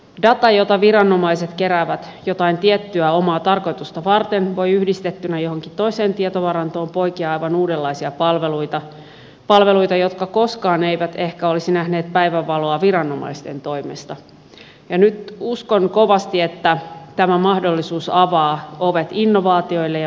data jota viranomaiset keräävät jotain tiettyä omaa tarkoitusta varten voi yhdistettynä johonkin toiseen tietovarantoon poikia aivan uudenlaisia palveluita palveluita jotka koskaan eivät ehkä olisi nähneet päivänvaloa viranomaisten toimesta ja nyt uskon kovasti että tämä mahdollisuus avaa ovet innovaatioille ja myös liiketoiminnalle